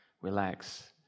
relax